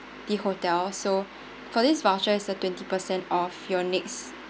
the hotel so for this voucher it's a twenty percent off your next